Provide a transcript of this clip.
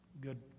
good